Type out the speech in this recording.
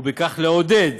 וכך לעודד